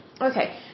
Okay